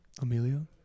amelia